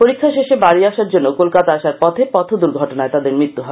পরীক্ষা শেষে বাড়ি আসার জন্য কলকাতা আসার পথে পথ দুর্ঘটনায় তাদের মৃত্যু হয়